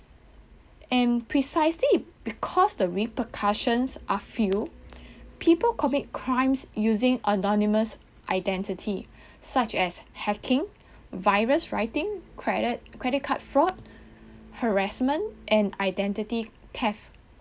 and precisely because the repercussions are few people commit crimes using anonymous identity such as hacking virus writing cre~ credit card fraud harassment and identity theft